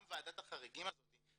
גם ועדת החריגים הזאת,